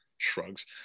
shrugs